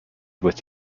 with